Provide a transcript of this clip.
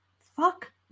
Fuck